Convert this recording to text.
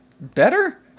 better